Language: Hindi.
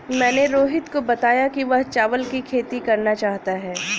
मैंने रोहित को बताया कि वह चावल की खेती करना चाहता है